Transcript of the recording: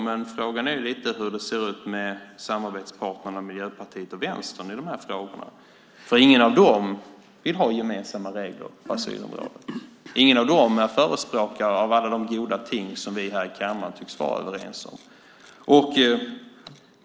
Men frågan är hur det ser ut med samarbetsparterna Miljöpartiet och Vänstern i de här frågorna. Ingen av dem vill ha gemensamma regler på asylområdet. Ingen av dem är förespråkare för alla de goda ting som vi här i kammaren tycks vara överens om.